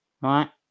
Right